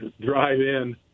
drive-in